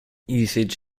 usage